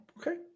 Okay